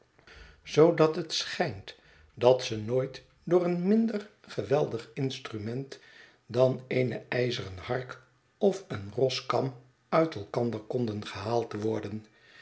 zoodat het schijnt dat ze nooit door een minder geweldig instrument dan eene ijzeren hark of een roskam uit elkander konden gehaald worden